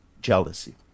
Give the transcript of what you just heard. jealousy